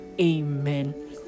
amen